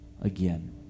again